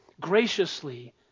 graciously